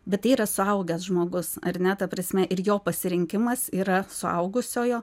bet tai yra suaugęs žmogus ar ne ta prasme ir jo pasirinkimas yra suaugusiojo